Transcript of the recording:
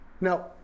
Now